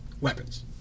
weapons